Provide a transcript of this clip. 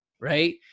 Right